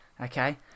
okay